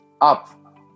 up